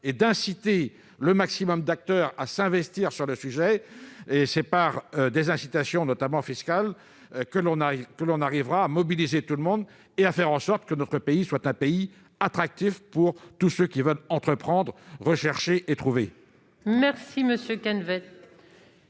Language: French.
et d'inciter le maximum d'acteurs à investir dans ce domaine. C'est par des incitations, notamment fiscales, que l'on arrivera à mobiliser tout le monde et à faire en sorte que notre pays soit attractif pour tous ceux qui veulent entreprendre, rechercher et trouver. Je mets